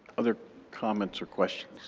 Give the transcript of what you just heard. other comments or questions?